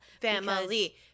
Family